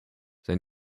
sein